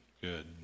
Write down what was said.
good